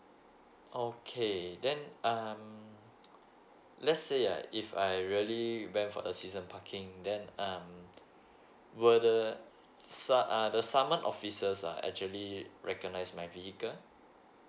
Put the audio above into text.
okay then um let's say uh if I really went for a season parking than um were the sa~ uh the someone officers uh actually recognize my vehicle